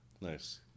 nice